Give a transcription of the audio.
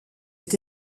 est